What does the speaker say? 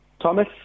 Thomas